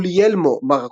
גוליילמו מרקוני,